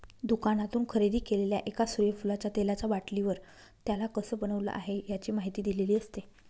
दुकानातून खरेदी केलेल्या एका सूर्यफुलाच्या तेलाचा बाटलीवर, त्याला कसं बनवलं आहे, याची माहिती दिलेली असते